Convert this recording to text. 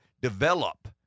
develop